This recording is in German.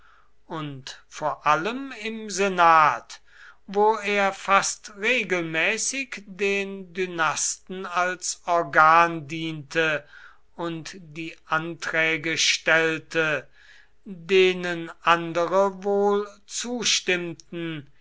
und vor allem im senat wo er fast regelmäßig den dynasten als organ diente und die anträge stellte denen andere wohl zustimmten